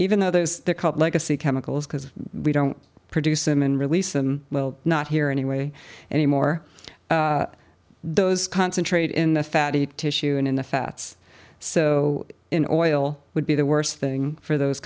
even though there is called legacy chemicals because we don't produce them and release them well not here anyway anymore those concentrated in the fatty tissue and in the fats so in oil would be the worst thing for those